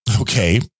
Okay